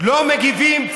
לא מגיבים.